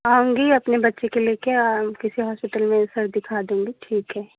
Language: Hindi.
आऊँगी अपने बच्चे को लेकर और किसी हॉस्पिटल में सर दिखा दूँगी ठीक है